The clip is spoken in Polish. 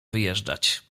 wyjeżdżać